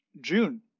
June